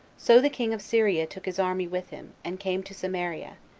so the king of syria took his army with him, and came to samaria,